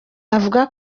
avuga